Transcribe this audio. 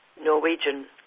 Norwegian